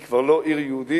היא כבר לא עיר יהודית.